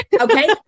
Okay